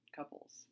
Couples